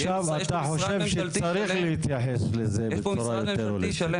עכשיו אתה חושב שצריך להתייחס לזה בצורה יותר הוליסטית,